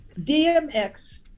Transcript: DMX